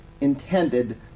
intended